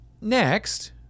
next